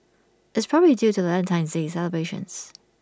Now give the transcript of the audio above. it's probably due to Valentine's day celebrations